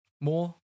More